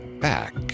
back